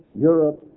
Europe